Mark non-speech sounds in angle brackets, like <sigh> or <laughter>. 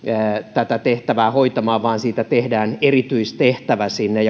tätä tehtävää hoitamaan eli siitä tehdään erityistehtävä sinne <unintelligible>